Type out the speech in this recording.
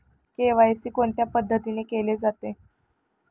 KYC कोणत्या पद्धतीने केले जाते?